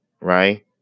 Right